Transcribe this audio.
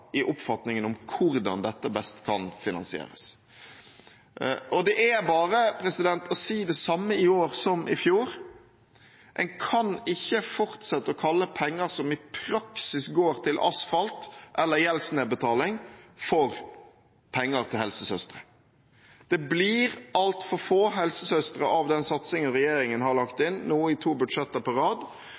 i oppfatningen av hvordan dette best kan finansieres. Det er bare å si det samme i år som i fjor: En kan ikke fortsette å kalle penger som i praksis går til asfalt eller gjeldsnedbetaling, for penger til helsesøstre. Det blir altfor få helsesøstre av den satsingen regjeringen har lagt inn nå i to budsjetter på rad.